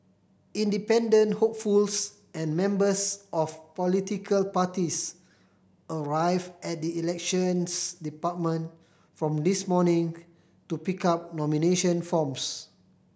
independent hopefuls and members of political parties arrived at the Elections Department from this morning to pick up nomination forms